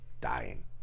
dying